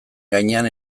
gainean